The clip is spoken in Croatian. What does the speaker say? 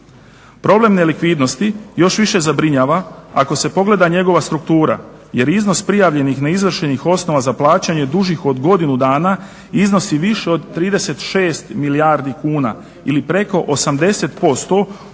Problem nelikvidnosti još više zabrinjava ako se pogleda njegova struktura jer iznos prijavljenih neizvršenih osnova za plaćanje dužih od godinu dana iznosi više od 36 milijardi kuna ili preko 80% ukupnih